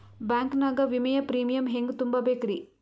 Bank ನಾಗ ವಿಮೆಯ premium ಹೆಂಗ್ ತುಂಬಾ ಬೇಕ್ರಿ?